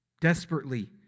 Desperately